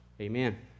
Amen